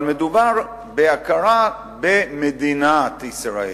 אבל מדובר בהכרה במדינת ישראל,